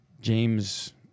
James